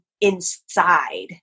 inside